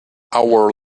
hour